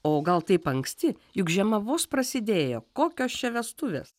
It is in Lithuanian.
o gal taip anksti juk žiema vos prasidėjo kokios čia vestuvės